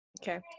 Okay